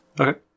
Okay